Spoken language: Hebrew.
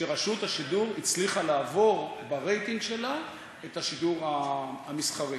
שרשות השידור הצליחה לעבור ברייטינג שלה את השידור המסחרי.